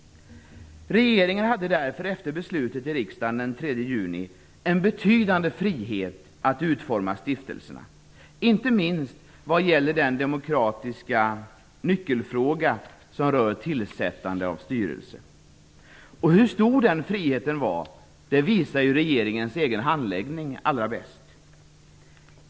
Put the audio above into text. Regeringen hade därför efter beslutet i riksdagen den 3 juni en betydande frihet att utforma stiftelserna, inte minst vad gäller den demokratiska nyckelfråga som rör tillsättande av styrelse. Hur stor den friheten var visar regeringens egen handläggning allra bäst.